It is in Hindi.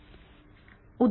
यह अंतराल तय है